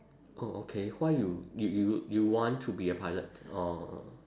oh okay why you you you you want to be a pilot orh